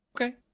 Okay